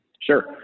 Sure